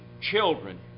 children